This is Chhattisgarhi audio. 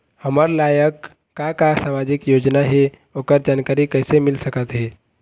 हमर लायक का का सामाजिक योजना हे, ओकर जानकारी कइसे मील सकत हे?